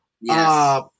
Yes